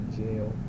jail